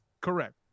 Correct